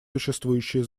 существующие